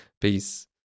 Peace